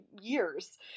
years